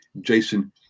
Jason